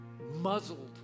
muzzled